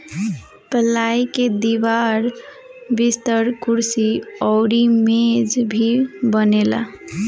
पलाई के दीवार, बिस्तर, कुर्सी अउरी मेज भी बनेला